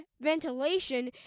ventilation